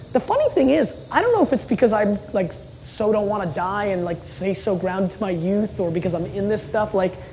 the funny thing is, i don't know if it's because i like so don't want to die and like stay so grounded to my youth. or because i'm in this stuff. like